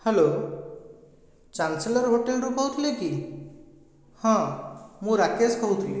hello chancellor ହୋଟେଲରୁ କହୁଥିଲେ କି ହଁ ମୁଁ ରାକେଶ କହୁଥିଲି